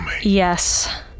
Yes